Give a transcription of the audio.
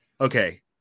okay